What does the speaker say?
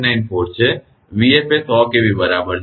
1994 છે અને 𝑣𝑓 એ 100 kV બરાબર છે